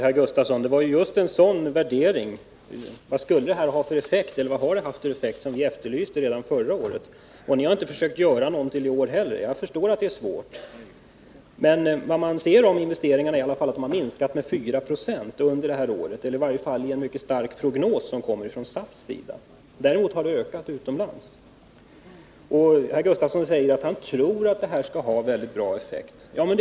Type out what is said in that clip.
Fru talman! Det var just en värdering av vad avdragsreglerna har haft för effekt som vi efterlyste förra året. Ni har inte försökt göra någon sådan värdering i år heller, och jag förstår att det är svårt. Vi kan emellertid se att investeringarna har minskat med 4 9 i år - i varje fall är det en mycket stark prognos från SAF. Däremot har de svenska företagens investeringar ökat utomlands. Wilhelm Gustafsson säger att han tror att de föreslagna avdragsreglerna skall ha en god effekt.